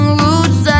roots